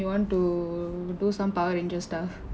you want to do some power ranger stuff